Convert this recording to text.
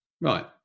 Right